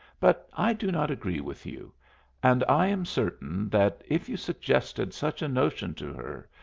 but i do not agree with you and i am certain that, if you suggested such a notion to her,